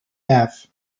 have